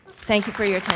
thank you for your